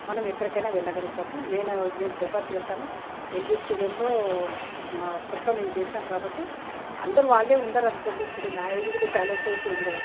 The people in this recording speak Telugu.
మనం ఎక్కడికైనా వెళ్ళగలుగుతాము నేను నేను ప్రెఫర్ చేస్తాను ఎల్బి స్టేడియంలో అప్పట్లో నేను చేసాను కాబట్టి అందరూ వాళ్ళే ఉండరనుకోండి ఇప్పుడు నా ఏజ్ కూడా చాలా ఎక్కువైపోయింది కదా